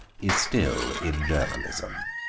is still in journalism.